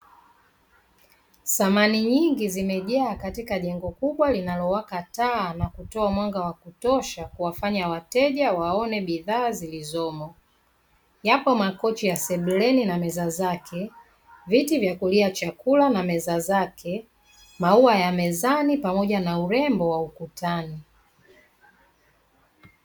Samani nyingi zimejaa katika jengo kubwa linalowaka taa na kutoa mwanga wa kutosha, kuwafanya wateja waone bidhaa zilizomo, yapo makochi ya sebuleni na meza zake, viti vya kulia chakula na meza zake, maua ya mezani pamoja na urembo wa ukutani.